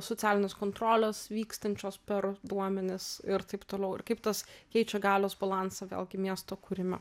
socialinės kontrolės vykstančios per duomenis ir taip toliau ir kaip tas keičia galios balansą vėlgi miesto kūrime